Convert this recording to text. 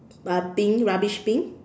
uh bin rubbish bin